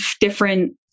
different